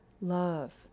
love